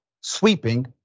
Sweeping